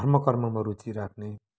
धर्म कर्ममा रुचि राख्ने